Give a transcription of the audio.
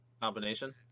Combination